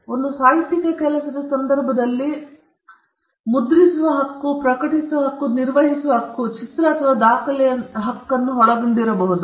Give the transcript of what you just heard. ಒಂದು ಸಾಹಿತ್ಯಿಕ ಕೆಲಸದ ಸಂದರ್ಭದಲ್ಲಿ ಬಲಕ್ಕೆ ಮುದ್ರಿಸುವ ಹಕ್ಕನ್ನು ಪ್ರಕಟಿಸುವ ಹಕ್ಕನ್ನು ನಿರ್ವಹಿಸಲು ಹಕ್ಕನ್ನು ಚಿತ್ರ ಅಥವಾ ದಾಖಲೆಯನ್ನು ಹಕ್ಕನ್ನು ಒಳಗೊಂಡಿರಬಹುದು